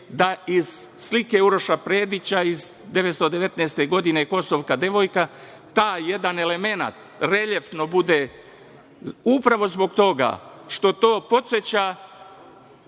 da iz slike Uroša Predića iz 1919. godine „Kosovska devojka“ taj jedan elemenat reljefno bude, upravo zbog toga što to podseća…